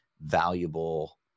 valuable